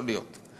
יכול להיות.